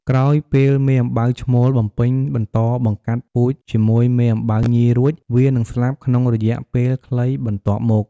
ក្រោយពេលមេអំបៅឈ្មោលបំពេញបន្តបង្កាត់ពូជជាមួយមេអំបៅញីរួច វានឹងស្លាប់ក្នុងរយៈពេលខ្លីបន្ទាប់មក។